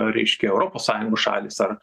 reiškia europos sąjungos šalys ar